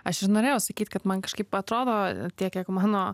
aš ir norėjau sakyt kad man kažkaip atrodo tiek kiek mano